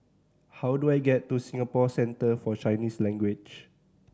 how do I get to Singapore Centre For Chinese Language